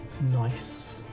Nice